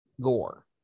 gore